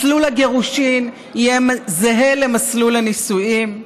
מסלול הגירושים יהיה זהה למסלול הנישואים.